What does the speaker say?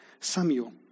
Samuel